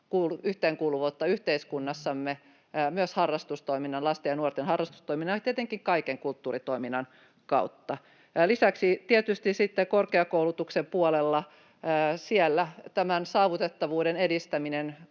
harrastustoiminnan, lasten ja nuorten harrastustoiminnan, ja tietenkin kaiken kulttuuritoiminnan kautta. Lisäksi tietysti sitten korkeakoulutuksen puolella on tämä saavutettavuuden edistäminen,